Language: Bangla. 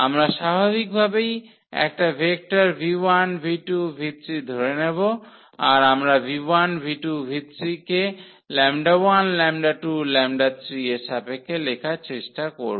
আমরা স্বাভাবিক ভাবেই একটা ভেক্টর ধরে নেব আর আমরাকে λ1 λ2 λ3 এর সাপেক্ষে লেখার চেষ্টা করব